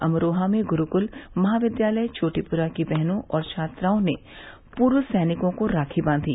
अमरोहा में गुरूकुल महाविद्यालय चोटीपुरा की बहनों और छात्राओं ने पूर्व सैनिकों को राखी बांधी